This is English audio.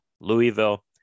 Louisville